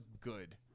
good